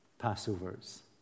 Passovers